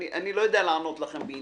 אני לא יודע לענות לכם באינסטינקט.